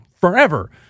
forever